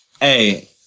Hey